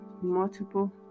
multiple